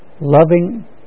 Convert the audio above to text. loving